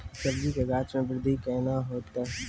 सब्जी के गाछ मे बृद्धि कैना होतै?